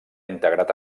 integrat